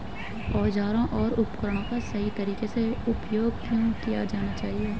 औजारों और उपकरणों का सही तरीके से उपयोग क्यों किया जाना चाहिए?